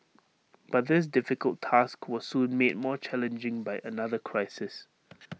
but this difficult task was soon made more challenging by another crisis